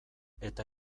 eta